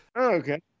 okay